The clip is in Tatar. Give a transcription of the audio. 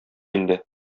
инде